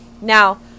Now